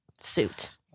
suit